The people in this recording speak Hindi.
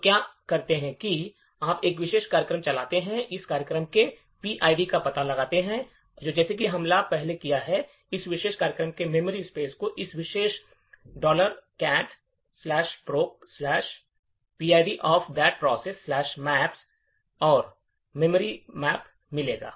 तो आप क्या कर सकते हैं आप एक विशेष कार्यक्रम चला सकते हैं उस कार्यक्रम के पीआईडी का पता लगा सकते हैं और जैसा कि हमने पहले किया है उस विशेष कार्यक्रम के मेमोरी स्पेस को इस विशेष आदेश cat procPID of that processmaps और आपको मेमोरी मैप मिलेगा